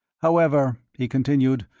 however, he continued,